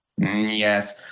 Yes